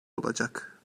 olacak